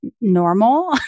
normal